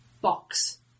box